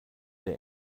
der